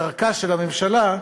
בדרכה של הממשלה,